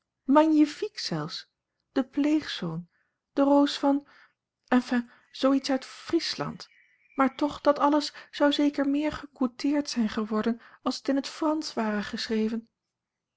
magnifique zelfs de pleegzoon de roos van enfin zoo iets uit friesland maar toch dat alles zou zeker meer gegoûteerd zijn geworden als het in t fransch ware geschreven